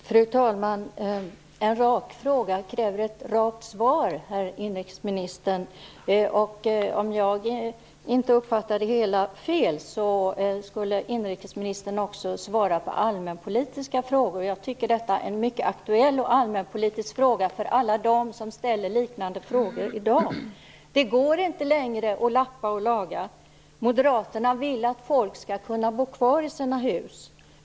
Fru talman! En rak fråga kräver ett rakt svar, herr inrikesminister. Om jag inte uppfattar det hela fel så skulle inrikesministern också svara på allmänpolitiska frågor. Jag tycker att detta är en mycket aktuell och allmänpolitisk fråga för alla dem som ställer liknande frågor i dag. Det går inte längre att lappa och laga. Moderaterna vill att folk skall kunna bo kvar i sina hus.